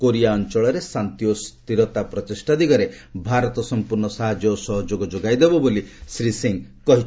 Korea ଅଞ୍ଚଳରେ ଶାନ୍ତି ଓ ସ୍ଥିରତା ପ୍ରଚେଷ୍ଟା ଦିଗରେ ଭାରତ ସମ୍ପର୍ଶ୍ଣ ସାହାଯ୍ୟ ଓ ସହଯୋଗ ଯୋଗାଇ ଦେବ ବୋଲି ଶ୍ରୀ ସିଂହ କହିଛନ୍ତି